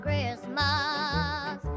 Christmas